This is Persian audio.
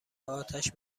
آتش